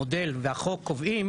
המודל והחוק קובעים